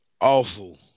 awful